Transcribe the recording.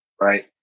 right